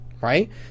right